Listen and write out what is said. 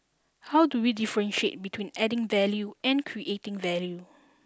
how do we differentiate between adding value and creating value